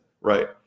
right